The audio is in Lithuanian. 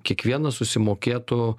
kiekvienas susimokėtų